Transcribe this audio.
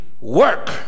work